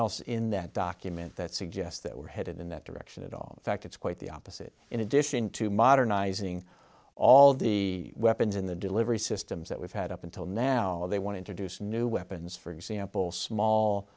else in that document that suggests that we're headed in that direction at all fact it's quite the opposite in addition to modernizing all the weapons in the delivery systems that we've had up until now they want introduce new weapons for example small